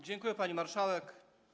Dziękuję, pani marszałek.